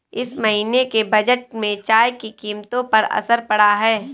इस महीने के बजट में चाय की कीमतों पर असर पड़ा है